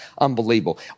unbelievable